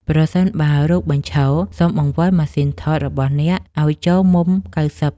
ប្រសិនបើរូបបញ្ឈរ សូមបង្វិលម៉ាស៊ីនថតរបស់អ្នកឱ្យចូលមុំ ៩០។